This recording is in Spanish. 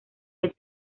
del